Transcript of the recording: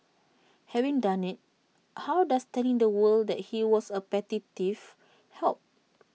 having done IT how does telling the world that he was A petty thief help